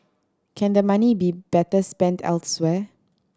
can the money be better spent elsewhere